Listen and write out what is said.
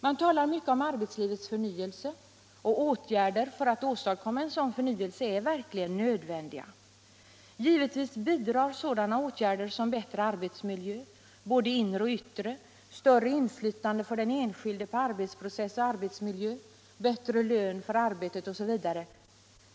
Man talar mycket om arbetslivets förnyelse, och åtgärder för att åstadkomma en sådan förnyelse är verkligen nödvändiga. Givetvis bidrar sådana åtgärder som bättre arbetsmiljö, både inre och yttre, större inflytande för den enskilde på arbetsprocess och arbetsmiljö, bättre lön för arbetet osv.